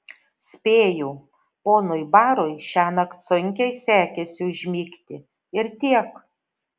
spėju ponui barui šiąnakt sunkiai sekėsi užmigti ir tiek